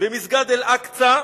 במסגד אל-אקצא,